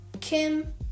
Kim